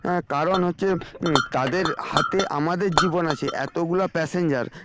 হ্যাঁ কারণ হচ্ছে তাদের হাতে আমাদের জীবন আছে এতগুলা প্যাসেঞ্জার